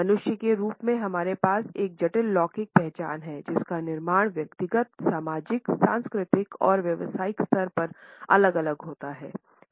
मनुष्य के रूप में हमारे पास एक जटिल लौकिक पहचान है जिसका निर्माण व्यक्तिगत सामाजिकसांस्कृतिक और व्यावसायिक स्तर पर अलग अलग होता है